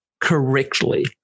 correctly